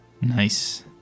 Nice